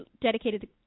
dedicated